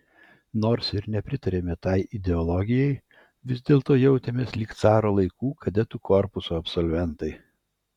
nors ir nepritarėme tai ideologijai vis dėlto jautėmės lyg caro laikų kadetų korpuso absolventai